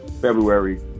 February